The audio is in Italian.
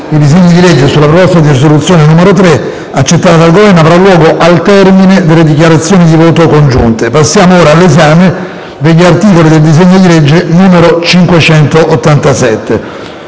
i disegni di legge e sulla proposta di risoluzione n. 3, accettata dal Governo, avrà luogo al termine delle dichiarazioni di voto congiunte. Passiamo ora all'esame degli articoli del disegno di legge n. 587,